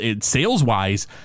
Sales-wise